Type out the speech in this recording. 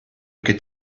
could